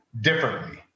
differently